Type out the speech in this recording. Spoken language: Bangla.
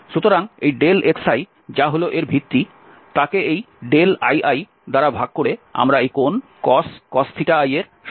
সুতরাং এই xi যা হল এর ভিত্তি তাকে এই li দ্বারা ভাগ করে আমরা এই কোণ cos i এর সমান পাচ্ছি